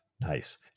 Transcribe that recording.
nice